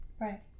right